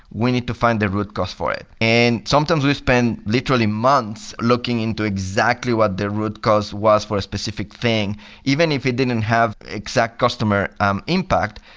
we need to find the root cause for it. and sometimes we spend, literally, months months looking into exactly what the root cause was for specific thing even if it didn't have exact customer um impact.